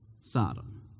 Sodom